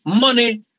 money